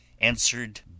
answered